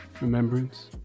remembrance